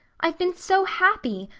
i've been so happy.